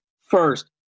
first